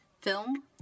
film